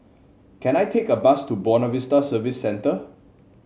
can I take a bus to Buona Vista Service Centre